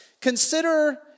Consider